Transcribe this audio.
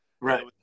right